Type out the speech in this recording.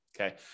okay